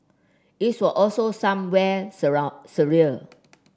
its were also somewhere surround surreal